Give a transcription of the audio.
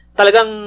talagang